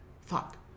Fuck